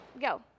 go